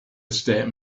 estate